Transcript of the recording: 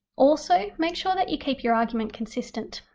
also make sure that you keep your argument consistent.